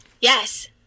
Yes